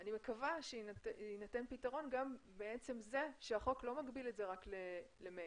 אני מקווה שיינתן פתרון גם בעצם זה שהחוק לא מגביל את זה רק למייל.